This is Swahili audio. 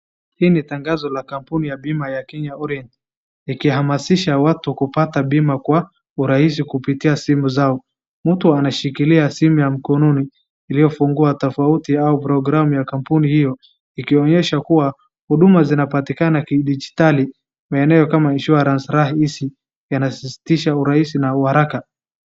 Hii ni tangazo la kampuni ya bima ya Kenya Orien, ikihamsidha watu kupata bima kwa urahisi kupitia simu zao. Mtu anashikilia simu ya mkononi iliyofuangua tovuti au programu ya kampuni hiyo ikionyesha kuwa huduma zinapatikana kijiditali maeneo kama k insurance rahisi yanasisitiza urahisi na uharaka.